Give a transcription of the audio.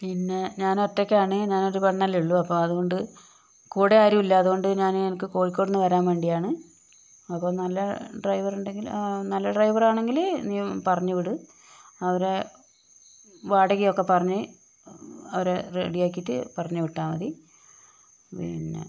പിന്നെ ഞാനൊറ്റക്കാണ് ഞാനൊരു പെണ്ണല്ലേള്ളൂ അപ്പോൾ അതുകൊണ്ട് കൂടെ ആരും ഇല്ല അതുകൊണ്ട് ഞാൻ എനിക്ക് കോഴിക്കോടിന്ന് വരാൻ വേണ്ടിയാണ് അപ്പോൾ നല്ല ഡ്രൈവറിണ്ടെങ്കിൽ നല്ല ഡ്രൈവറാണെങ്കിൽ നീ പറഞ്ഞ് വിട് അവരെ വാടകയൊക്കെ പറഞ്ഞ് അവരെ റെഡിയാക്കീട്ട് പറഞ്ഞ് വിട്ടാൽ മതി പിന്നെ